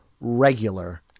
regular